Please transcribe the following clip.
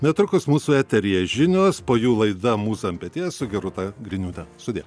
netrukus mūsų eteryje žinios po jų laida mūza ant peties su gerūta griniūte sudie